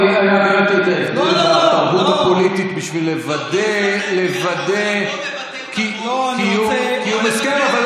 אני הארתי את ההבדל בתרבות הפוליטית בשביל לוודא קיום הסכם.